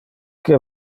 que